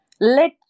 let